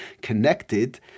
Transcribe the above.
connected